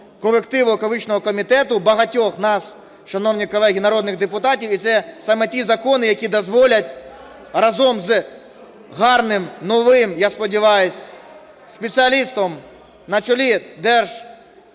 комітету, багатьох нас, шановні колеги, народних депутатів. І це саме ті закони, які дозволять разом із гарним новим, я сподіваюсь, спеціалістом на чолі Держлісагентства